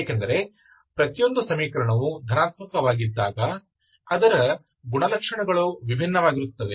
ಏಕೆಂದರೆ ಪ್ರತಿಯೊಂದು ಸಮೀಕರಣವು ಧನಾತ್ಮಕವಾಗಿದ್ದಾಗ ಅದರ ಗುಣಲಕ್ಷಣಗಳು ವಿಭಿನ್ನವಾಗಿರುತ್ತವೆ